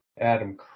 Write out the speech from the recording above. Adam